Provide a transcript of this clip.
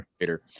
later